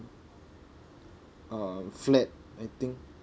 uh flat I think